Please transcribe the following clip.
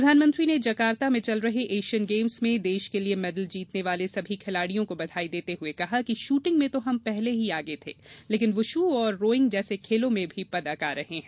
प्रधानमंत्री ने जकार्ता में चल रहे एशियन गेम्स में देश के लिये मैडल जीतने वाले सभी खिलाड़ियों को बघाई देते हुए कहा कि शूटिंग में तो हम पहले ही आगे थे लेकिन बुशू और रोइंग जैसे खेलों में भी पदक आ रहे है